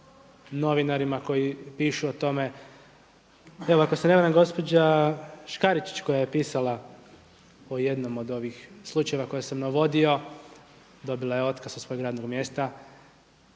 novinarima koji pišu o tome. Evo ako se ne varam gospođa Škaričić koja je pisala o jednom od ovih slučajeva koje sam navodio dobila je otkaz sa svojeg radnog mjesta,